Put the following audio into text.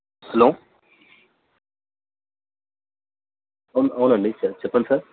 hello అవు అవునండి చెప్పండి సార్